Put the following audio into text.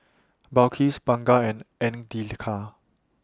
Balqis Bunga and Andika